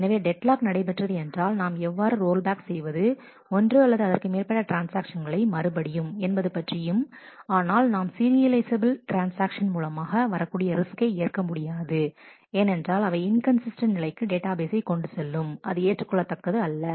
எனவே dead lock நடைபெற்றது என்றால் நாம் எவ்வாறு ரோல்பேக் செய்வது ஒன்று அல்லது அதற்கு மேற்பட்ட ட்ரான்ஸ்ஆக்ஷன்களை மறுபடியும் என்பது பற்றியும் ஆனால் நாம் சீரியலைசபெல் ட்ரான்ஸ்ஆக்ஷன் மூலமாக வரக்கூடிய ரிஸ்க்கை ஏற்க முடியாது ஏனென்றால் அவை இன்கன்சிஸ்டன்ட் நிலைக்கு டேட்டா பேசை கொண்டு செல்லும் அது ஏற்றுக்கொள்ளத்தக்கது அல்ல